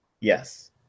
Yes